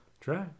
try